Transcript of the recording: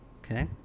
Okay